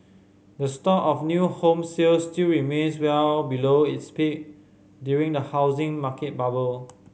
the stock of new home sales still remains well below its peak during the housing market bubble